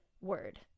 word